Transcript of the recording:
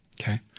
Okay